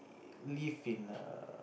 live in a